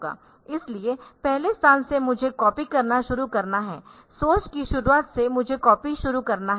इसलिए पहले स्थान से मुझे कॉपी करना शुरू करना है सोर्स की शुरुआत से मुझे कॉपी शुरू करना है